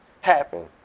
happen